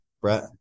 Brett